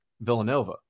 Villanova